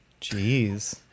Jeez